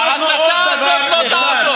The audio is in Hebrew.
ההסתה הזו לא תעזור.